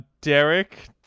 Derek